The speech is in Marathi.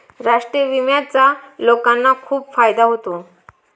राष्ट्रीय विम्याचा लोकांना खूप फायदा होतो